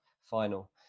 final